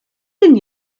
denn